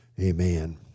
amen